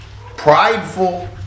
prideful